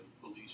police